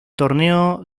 torneo